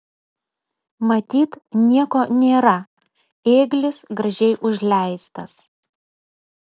matyt nieko nėra ėglis gražiai užleistas